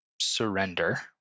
surrender